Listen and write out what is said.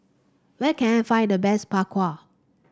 where can I find the best Bak Kwa